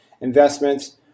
investments